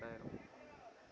ரெண்டாயிரம்